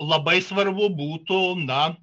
labai svarbu būtų na